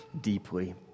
deeply